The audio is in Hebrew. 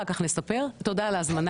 אחר כך נספר, תודה על ההזמנה.